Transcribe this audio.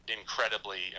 incredibly